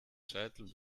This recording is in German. scheitel